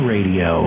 Radio